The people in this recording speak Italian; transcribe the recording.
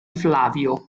flavio